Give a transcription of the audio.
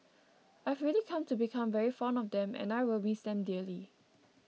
I've really come to become very fond of them and I will miss them dearly